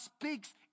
speaks